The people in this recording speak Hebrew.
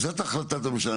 זאת החלטת הממשלה.